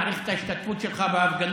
מעריך את ההשתתפות שלך בהפגנות,